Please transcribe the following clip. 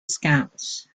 scouts